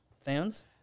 fans